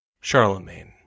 Charlemagne